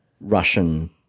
Russian